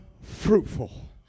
fruitful